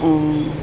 ऐं